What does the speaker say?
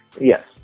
yes